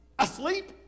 asleep